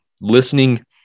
listening